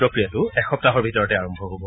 এই প্ৰক্ৰিয়াটো এসপ্তাহৰ ভিতৰতে আৰম্ভ হ'ব